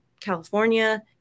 California